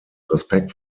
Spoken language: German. respekt